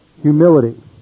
humility